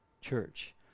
church